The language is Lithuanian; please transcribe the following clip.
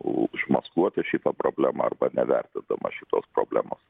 užmaskuoti šitą problemą arba nevertindama šitos problemos